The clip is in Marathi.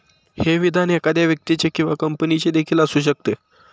हे विधान एखाद्या व्यक्तीचे किंवा कंपनीचे देखील असू शकते